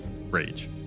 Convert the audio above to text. rage